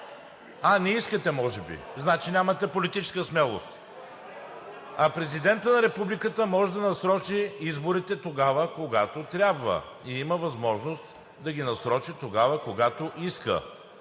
А, не искате, може би? Значи нямате политическа смелост. А Президентът на Републиката може да насрочи изборите тогава, когато трябва, и има възможност да ги насрочи тогава, когато иска.